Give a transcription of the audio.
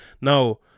Now